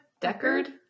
Deckard